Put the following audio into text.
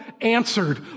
answered